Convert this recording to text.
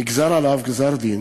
נגזר עליו הדין,